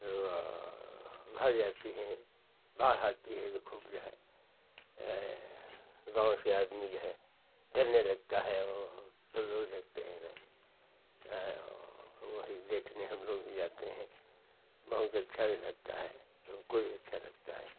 जो भर जाती हैं बाढ़ आती है तो खूब जो है गाँव से आदमी जो है डरने लगता वो सब रो देते हैं रहे हाँ वो वही देखने हम लोग भी जाते हैं बहुत अच्छा भी लगता है हमको भी अच्छा लगता है